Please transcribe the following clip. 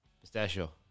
Pistachio